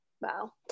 Wow